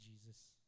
Jesus